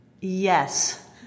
Yes